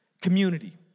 community